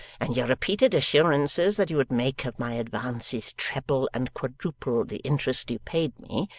and your repeated assurances that you would make of my advances treble and quadruple the interest you paid me,